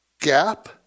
Gap